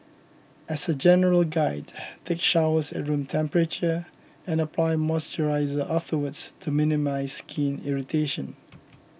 as a general guide take showers at room temperature and apply moisturiser afterwards to minimise skin irritation